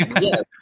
yes